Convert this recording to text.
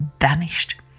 vanished